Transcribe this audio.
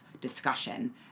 discussion